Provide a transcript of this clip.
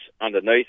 underneath